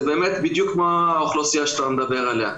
זה באמת האוכלוסייה שאתה מדבר עליה,